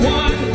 one